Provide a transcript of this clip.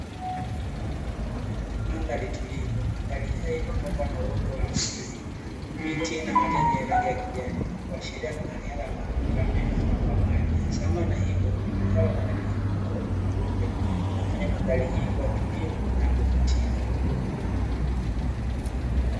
Mandhari tulivu. Mandhari haya yamepambwa na wote wa asili, yenye na majani ya rangi ya kijani. Kuashiria mahali hapa hapana ukame kwa maji. Sambamba na hivyo, mahali hapa kunainuko na mabonde inayofanya mandhari hii kuwa tulivu na ya kuvutia."